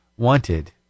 Wanted